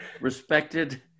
Respected